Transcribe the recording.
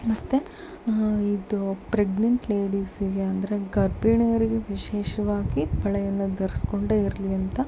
ಮತ್ತೆ ಇದು ಪ್ರೆಗ್ನೆಂಟ್ ಲೇಡೀಸಿಗೆ ಅಂದರೆ ಗರ್ಭಿಣಿಯರಿಗೆ ವಿಶೇಷವಾಗಿ ಬಳೆಯನ್ನು ಧರಿಸಿಕೊಂಡೇ ಇರಲಿ ಅಂತ